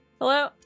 Hello